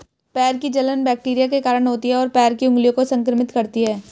पैर की जलन बैक्टीरिया के कारण होती है, और पैर की उंगलियों को संक्रमित करती है